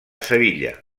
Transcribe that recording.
sevilla